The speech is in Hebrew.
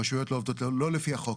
הרשויות עובדות לא לפי החוק,